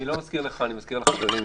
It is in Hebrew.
אני לא מזכיר לך, אני מזכיר לחברים ממול.